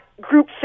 group